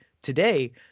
Today